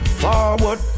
Forward